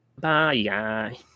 Bye